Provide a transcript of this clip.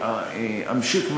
אתה יכול לצעוק,